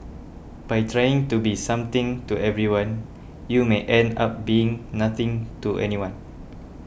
by trying to be something to everyone you may end up being nothing to anyone